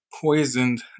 poisoned